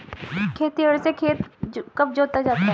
खेतिहर से खेत कब जोता जाता है?